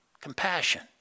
Compassion